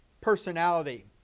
personality